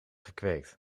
gekweekt